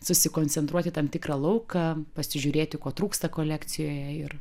susikoncentruoti tam tikrą lauką pasižiūrėti ko trūksta kolekcijoje ir